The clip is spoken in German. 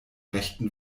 rechten